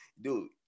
dude